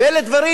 ואלה דברים,